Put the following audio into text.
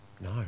No